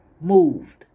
moved